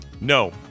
No